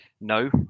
No